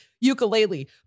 ukulele